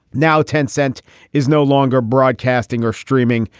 now ten cent is no longer broadcasting or streaming.